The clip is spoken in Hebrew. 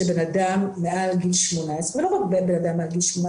שכשבן-אדם מעל גיל 18 ולא רק בן-אדם מעל גיל 18